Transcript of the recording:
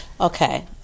Okay